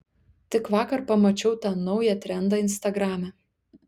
tik vakar pamačiau tą naują trendą instagrame